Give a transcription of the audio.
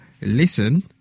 Listen